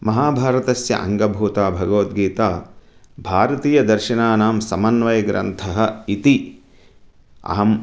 महाभारतस्य अङ्गभूता भगवद्गिता भारतीयदर्शनानां समन्वयग्रन्थः इति अहं